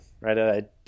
right